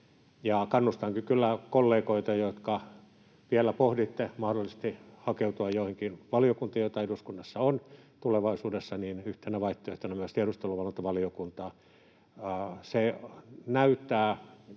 Kannustankin kyllä kollegoita, jotka vielä pohditte mahdollisesti hakeutumista tulevaisuudessa joihinkin valiokuntiin, joita eduskunnassa on, yhtenä vaihtoehtona myös tiedusteluvalvontavaliokuntaa. Se näyttää